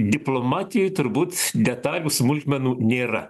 diplomatijoj turbūt detalių smulkmenų nėra